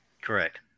Correct